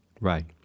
Right